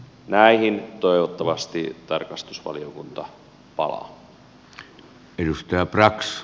näihin toivottavasti tarkastusvaliokunta palaa